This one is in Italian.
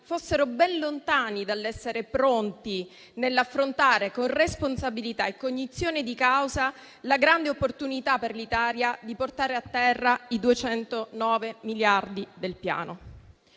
fossero ben lontani dall'essere pronti dall'affrontare con responsabilità e cognizione di causa la grande opportunità per l'Italia di portare a terra i 209 miliardi del Piano.